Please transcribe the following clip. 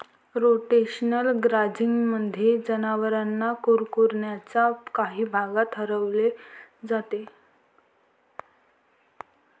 rotational ग्राझिंगमध्ये, जनावरांना कुरणाच्या काही भागात हलवले जाते